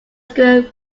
square